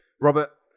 Robert